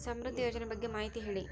ಸಮೃದ್ಧಿ ಯೋಜನೆ ಬಗ್ಗೆ ಮಾಹಿತಿ ಹೇಳಿ?